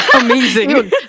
Amazing